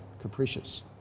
capricious